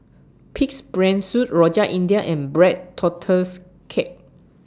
Pig'S Brain Soup Rojak India and Black Tortoise Cake